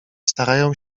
starają